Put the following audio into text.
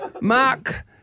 Mark